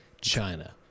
China